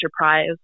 enterprise